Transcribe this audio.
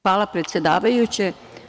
Hvala, predsedavajući.